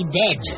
dead